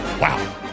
Wow